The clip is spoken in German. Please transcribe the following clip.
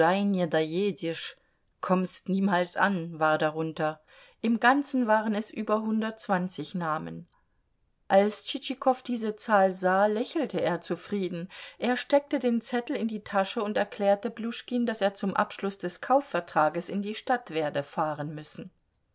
niemals an war darunter im ganzen waren es über hundertzwanzig namen als tschitschikow diese zahl sah lächelte er zufrieden er steckte den zettel in die tasche und erklärte pljuschkin daß er zum abschluß des kaufvertrages in die stadt werde fahren müssen